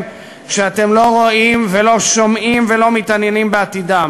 כשאתם לא רואים ולא שומעים ולא מתעניינים בעתידם?